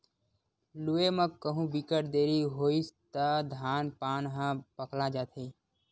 लूए म कहु बिकट देरी होइस त धान पान ह पकला जाथे